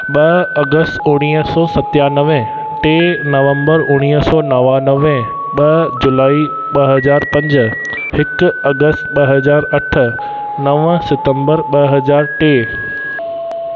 ॿ अगस्त उणिवीह सौ सतानवे टे नवंम्बर उणिवीह सौ नवानवे ॿ जुलाई ॿ हज़ार पंज हिकु अगस्त ॿ हज़ार अठ नव सितंम्बर ॿ हज़ार टे